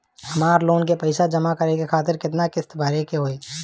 हमर लोन के पइसा जमा करे खातिर केतना किस्त भरे के होई?